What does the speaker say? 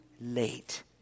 late